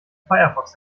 firefox